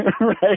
right